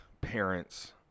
parents